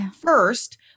first